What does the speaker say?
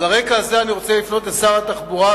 על רקע זה אני רוצה לומר לשר התחבורה: